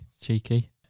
cheeky